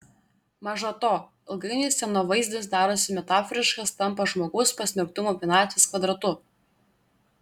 maža to ilgainiui scenovaizdis darosi metaforiškas tampa žmogaus pasmerktumo vienatvės kvadratu